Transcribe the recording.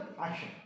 action